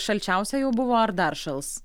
šalčiausia jau buvo ar dar šals